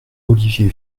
olivier